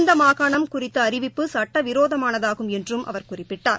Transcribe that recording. இந்த மாகாணம் குறித்த அறிப்பு சட்டவிரோதமானதாகும் என்றும் அவர் குறிப்பிட்டார்